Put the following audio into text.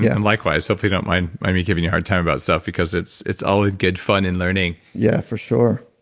yeah and likewise. so hope you don't mind mind me giving you a hard time about stuff because it's it's all in good fun and learning yeah, for sure